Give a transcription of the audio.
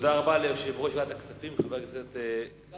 תודה רבה ליושב-ראש ועדת הכספים, חבר הכנסת גפני.